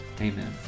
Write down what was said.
amen